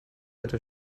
seite